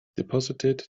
deposited